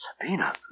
Sabina